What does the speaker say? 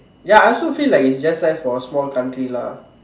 ya I also feel like it's just nice for a small country lah